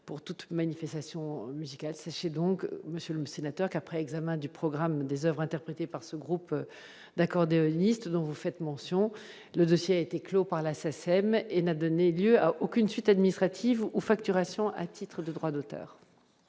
pour toute manifestation musicale sachez donc, Monsieur le Sénateur qu'après examen du programme des Oeuvres interprétées par ce groupe d'accordéonistes dont vous faites mention le dossier a été clos par la Sacem et n'a donné lieu à aucune suite administrative aux facturations à titre de droits d'auteur.